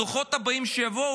הדוחות הבאים שיבואו,